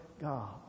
God